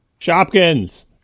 Shopkins